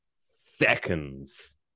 seconds